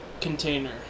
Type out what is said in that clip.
container